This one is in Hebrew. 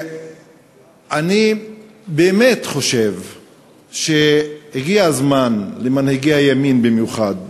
אני באמת חושב שהגיע הזמן שמנהיגי הימין במיוחד